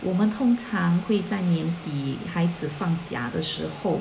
我们通常会在年底孩子放假的时候